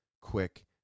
quick